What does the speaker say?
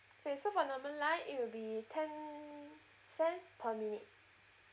K so for normal line it will be ten cents per minute